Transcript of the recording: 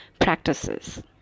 practices